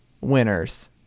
winners